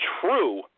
true